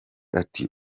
ati